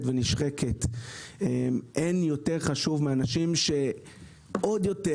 ונשחקת אין יותר חשוב מהאנשים שעוד יותר,